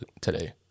today